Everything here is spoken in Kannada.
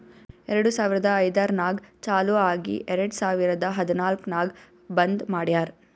ಎರಡು ಸಾವಿರದ ಐಯ್ದರ್ನಾಗ್ ಚಾಲು ಆಗಿ ಎರೆಡ್ ಸಾವಿರದ ಹದನಾಲ್ಕ್ ನಾಗ್ ಬಂದ್ ಮಾಡ್ಯಾರ್